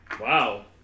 Wow